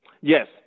Yes